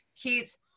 Keats